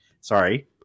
Sorry